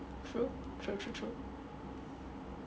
true true true true